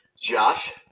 Josh